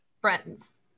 friends